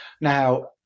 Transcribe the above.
Now